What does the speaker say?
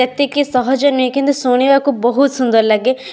ଯେତିକି ସହଜ ନୁହେଁ କିନ୍ତୁ ଶୁଣିବାକୁ ବହୁତ ସୁନ୍ଦର ଲାଗେ